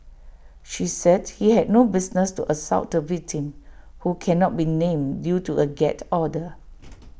she said he had no business to assault the victim who cannot be named due to A gag order